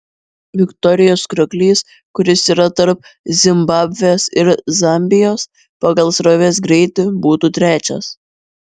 viktorijos krioklys kuris yra tarp zimbabvės ir zambijos pagal srovės greitį būtų trečias